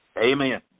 Amen